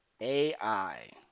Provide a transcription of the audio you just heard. AI